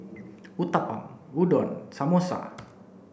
Uthapam Udon and Samosa